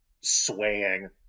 swaying